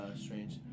strange